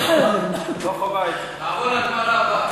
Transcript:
לא חייבים.